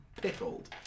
pickled